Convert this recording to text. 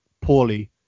poorly